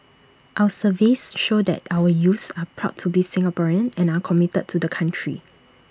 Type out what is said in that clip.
our surveys show that our youths are proud to be Singaporean and are committed to the country